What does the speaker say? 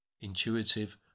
Intuitive